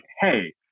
hey